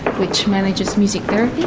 which manages music therapy.